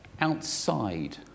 outside